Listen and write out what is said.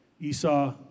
Esau